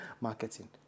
marketing